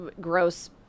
gross